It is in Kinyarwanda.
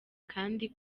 kandi